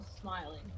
smiling